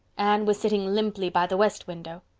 anne was sitting limply by the west window.